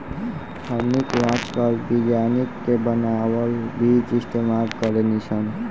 हमनी के आजकल विज्ञानिक के बानावल बीज इस्तेमाल करेनी सन